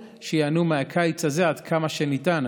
שייהנו עוד מהקיץ הזה עד כמה שניתן.